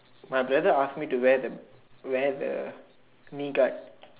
my brother ask me to wear the wear the knee guard